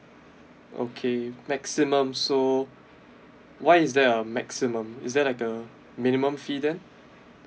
okay maximum so why is there a maximum is there like a minimum fee then